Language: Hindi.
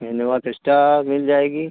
इनोवा क्रिस्टा मिल जाएगी